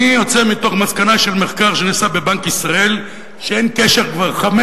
אני יוצא מתוך מסקנה של מחקר שנעשה בבנק ישראל שכבר חמש